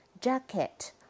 jacket